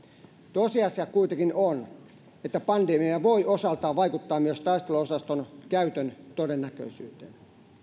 tosiasia kuitenkin on että pandemia voi osaltaan vaikuttaa myös taisteluosaston käytön todennäköisyyteen